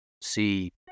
see